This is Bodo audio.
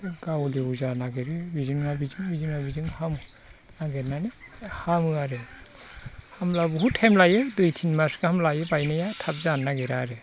गावनो अजा नागिरो बेजों नङा बेजों बेजों नङा बेजों नागिरनानै हामो आरो होनब्ला बहुत टाइम लायो दुइ थिन मास गाहाम लायो बायनाया थाब जानो नागिरा आरो